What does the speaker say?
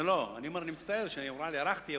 אני מצטער שהארכתי,